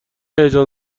هیجان